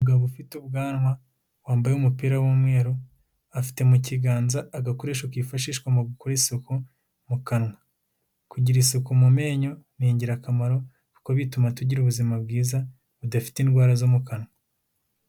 Umugabo ufite ubwanwa wambaye umupira w'umweru, afite mu kiganza agakoresho kifashishwa mu gukora isuku mu kanwa, kugira isuku mu menyo ni ingirakamaro kuko bituma tugira ubuzima bwiza budafite indwara zo mu kanwa.